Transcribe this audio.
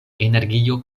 energio